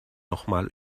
nochmal